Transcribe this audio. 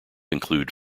include